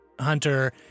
Hunter